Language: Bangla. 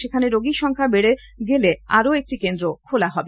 সেখানে রোগীর সংখ্যা বেড়ে গেলে আরও একটি কেন্দ্র খোলা হবে